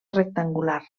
rectangular